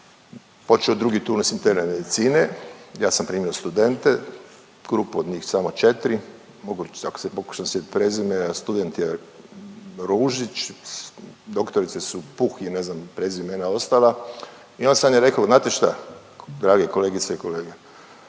ne razumije./… s interne medicine. Ja sam primio studente, grupu od njih samo 4. Mogu ako se pokušam sjetit prezime, student je Ružić, doktorice su Puh i ne znam prezimena ostala i onda sam im rekao znate šta drage kolegice i kolege.